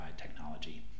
technology